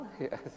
yes